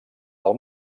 del